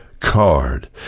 card